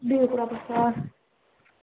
بِہِو رۄبَس حوال